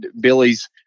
billy's